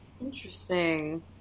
Interesting